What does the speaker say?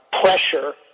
pressure